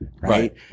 Right